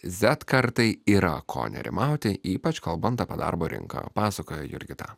zet kartai yra ko nerimauti ypač kalbant apie darbo rinką pasakoja jurgita